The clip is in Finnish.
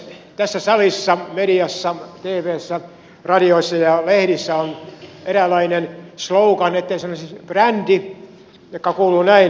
tässä salissa mediassa tvssä radiossa ja lehdissä on eräänlainen slogan etten sanoisi brändi joka kuuluu näin